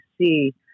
see